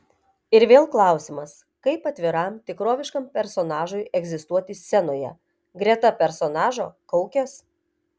ir vėl klausimas kaip atviram tikroviškam personažui egzistuoti scenoje greta personažo kaukės